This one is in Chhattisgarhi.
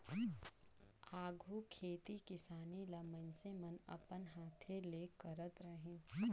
आघु खेती किसानी ल मइनसे मन अपन हांथे ले करत रहिन